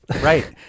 Right